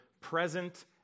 present